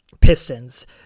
Pistons